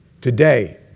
Today